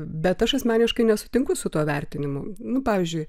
bet aš asmeniškai nesutinku su tuo vertinimu nu pavyzdžiui